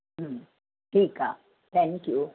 ठीकु आहे थैक्यू